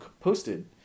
posted